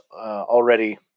already